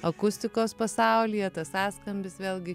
akustikos pasaulyje tas sąskambis vėlgi